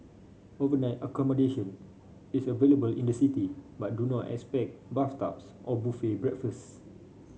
overnight accommodation is available in the city but do not expect bathtubs and buffet breakfasts